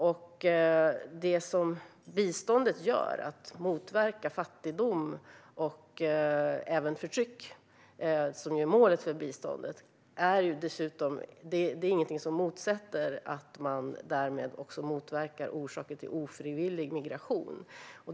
Målet för biståndet är att motverka fattigdom och förtryck, men det finns ingen motsättning i att också motverka orsaker till ofrivillig migration.